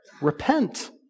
Repent